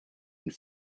and